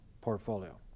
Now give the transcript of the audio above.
portfolio